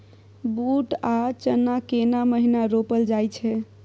बूट आ चना केना महिना रोपल जाय छै?